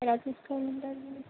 ఎలా తీసుకోమంటారండి